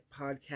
podcast